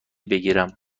بگیرم